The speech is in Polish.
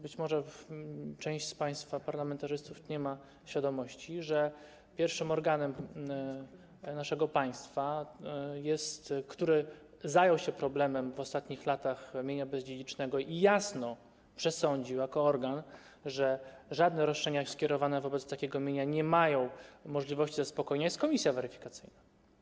Być może część z państwa parlamentarzystów nie ma świadomości, że pierwszym organem naszego państwa, który w ostatnich latach zajął się problemem mienia bezdziedzicznego i jasno przesądził jako organ, że żadne roszczenia skierowane wobec takiego mienia nie mają możliwości zaspokojenia, jest komisja weryfikacyjna.